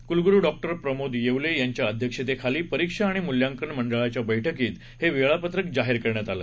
कुलगुरू डॉ प्रमोद येवले यांच्या अध्यक्षतेखाली परीक्षा आणि मूल्यांकन मंडळाच्या बैठकीत हे वेळापत्रक जाहीर करण्यात आलं